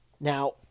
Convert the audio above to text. Now